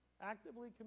Actively